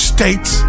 States